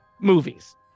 movies